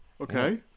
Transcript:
okay